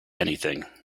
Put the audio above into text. anything